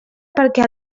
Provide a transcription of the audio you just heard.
perquè